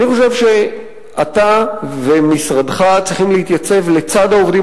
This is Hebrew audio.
אתה ומשרדך צריכים להתייצב לצד העובדים